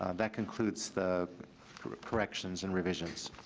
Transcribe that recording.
ah that concludes the corrections and revisions.